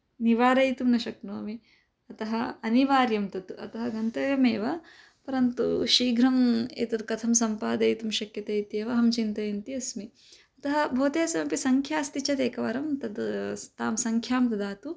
निवारयितुं न शक्नोमि अतः अनिवार्यं तत् अतः गन्तव्यमेव परन्तु शीघ्रम् एतत् कथं सम्पादयितुं शक्यते इत्येव अहं चिन्तयन्ती अस्मि अतः भवत्याः समीपे सङ्ख्या अस्ति चेत् एकवारं तत् तां सङ्ख्यां ददातु